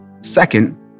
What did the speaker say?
Second